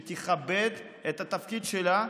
שתכבד את תפקידה,